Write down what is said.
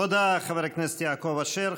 תודה, חבר הכנסת יעקב אשר.